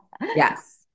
Yes